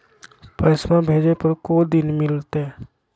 पैसवा भेजे पर को दिन मे मिलतय?